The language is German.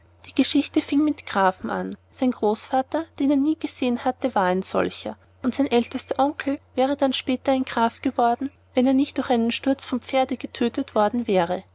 die geschichte fing mit grafen an sein großvater den er nie gesehen hatte war ein solcher und sein ältester onkel wäre dann später ein graf geworden wenn er nicht durch einen sturz vom pferde getötet worden wäre